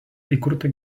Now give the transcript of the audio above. įkurta